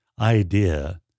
idea